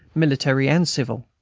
military and civil.